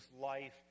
life